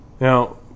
now